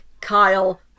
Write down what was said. Kyle